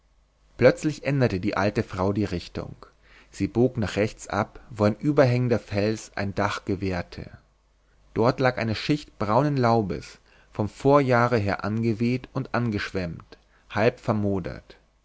plötzlich änderte die alte frau die richtung sie bog nach rechts ab wo ein überhängender fels ein dach gewährte dort lag eine schicht braunen laubes vom vorjahre her angeweht und angeschwemmt halbvermodert